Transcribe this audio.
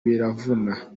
biravuna